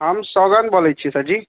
हम सौगंध बोलै छियै सर जी